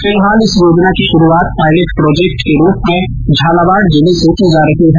फिलहाल इस योजना की शुरूआत पायलट प्रोजेक्ट के रूप में झालावाड़ जिले से की जा रही है